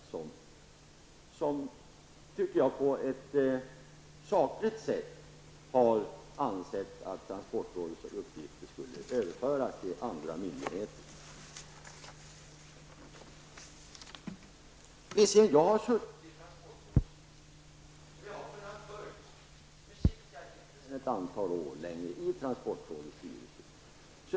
De senare har, tycker jag, på ett sakligt sätt framfört att transportrådets uppgifter bör överföras på andra myndigheter. Jag har suttit i transportrådet och kunnat följa dess arbete. Sedan ett antal år sitter jag inte längre där.